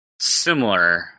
similar